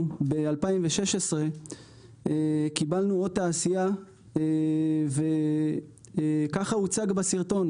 ב-2016 קיבלנו אות תעשייה וככה הוצג בסרטון,